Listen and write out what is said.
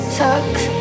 sucks